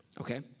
Okay